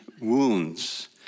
wounds